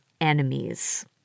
enemies